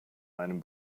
meinem